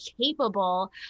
capable